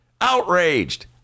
Outraged